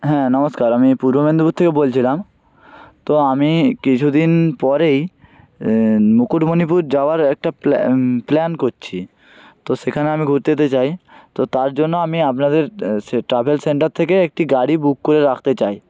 হ্যাঁ নমস্কার আমি পূর্ব মেদিনীপুর থেকে বলছিলাম তো আমি কিছুদিন পরেই মুকুটমণিপুর যাওয়ার একটা প্ল্যান প্ল্যান করছি তো সেখানে আমি ঘুরতে যেতে চাই তো তার জন্য আমি আপনাদের ট্রাভেল সেন্টার থেকে একটি গাড়ি বুক করে রাখতে চাই